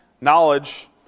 Knowledge